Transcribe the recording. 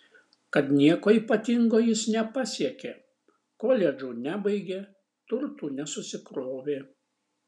kad nieko ypatingo jis nepasiekė koledžų nebaigė turtų nesusikrovė